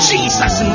Jesus